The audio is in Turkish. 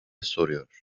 soruyor